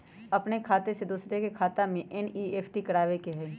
अपन खाते से दूसरा के खाता में एन.ई.एफ.टी करवावे के हई?